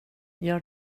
jag